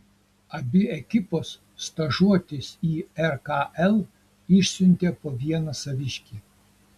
abi ekipos stažuotis į rkl išsiuntė po vieną saviškį